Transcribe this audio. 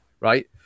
Right